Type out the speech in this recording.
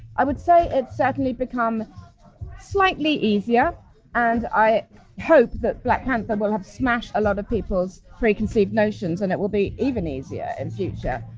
i would say it's certainly become slightly easier and i hope that black panther will have smashed a lot of people's preconceived notions and it will be even easier in future.